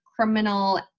criminal